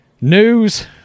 news